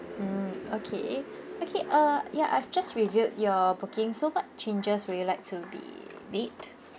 mm okay okay uh ya I've just reviewed your booking so what changes would you like to be made